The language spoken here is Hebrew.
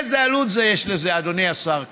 איזו עלות יש לזה, אדוני השר כץ?